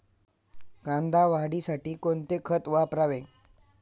कांदा वाढीसाठी कोणते खत वापरावे?